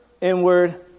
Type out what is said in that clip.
inward